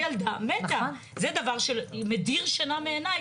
הילדה מתה, זה דבר שמדיר שינה מעיניי.